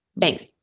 Thanks